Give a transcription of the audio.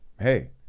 hey